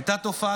הייתה תופעה,